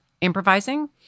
improvising